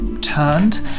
turned